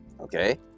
Okay